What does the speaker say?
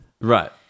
Right